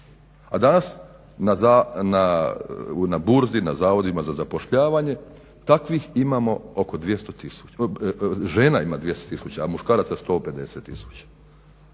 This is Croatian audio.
A danas za burzi na zavodima za zapošljavanje takvih žena ima oko 200 tisuća, a muškaraca 150 tisuća.